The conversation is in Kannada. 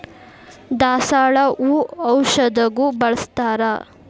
ದಾಸಾಳ ಹೂ ಔಷಧಗು ಬಳ್ಸತಾರ